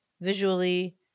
visually